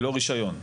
ללא רישיון.